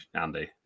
Andy